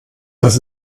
das